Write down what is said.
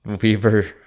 Weaver